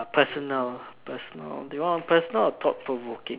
personal personal do you want a personal or thought provoking